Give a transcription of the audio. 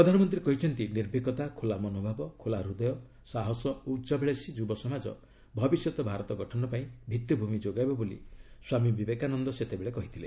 ପ୍ରଧାନମନ୍ତ୍ରୀ କହିଛନ୍ତି ନିର୍ଭିକତା ଖୋଲା ମନୋଭାବ ଖୋଲା ହୃଦୟ ସାହସ ଓ ଉଚ୍ଚାଭିଳାଶୀ ଯୁବ ସମାଜ ଭବିଷ୍ୟତ ଭାରତ ଗଠନ ପାଇଁ ଭିଭିଭୂମି ଯୋଗାଇବ ବୋଲି ସ୍ୱାମୀ ବିବେକାନନ୍ଦ ସେତେବେଳେ କହିଥିଲେ